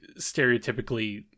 stereotypically